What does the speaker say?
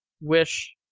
Wish